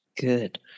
Good